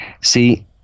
See